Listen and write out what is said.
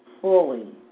fully